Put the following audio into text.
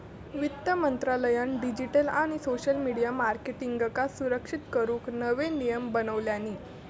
वित्त मंत्रालयान डिजीटल आणि सोशल मिडीया मार्केटींगका सुरक्षित करूक नवे नियम बनवल्यानी